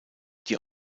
die